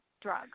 drug